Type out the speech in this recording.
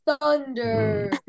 thunder